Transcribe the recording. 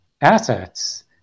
assets